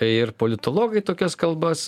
ir politologai tokias kalbas